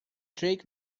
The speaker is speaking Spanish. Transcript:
jake